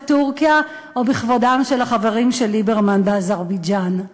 טורקיה או בכבודם של החברים של ליברמן באזרבייג'ן.